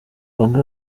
bamwe